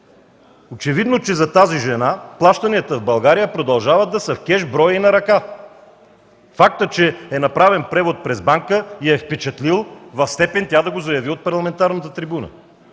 Очевидно, че за тази жена плащанията в България продължават да са в кеш, брой и на ръка. Фактът, че е направен превод през банка, я е впечатлил в степен тя да го заяви пред парламентарната трибуна,